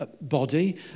Body